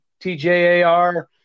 TJAR